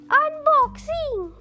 unboxing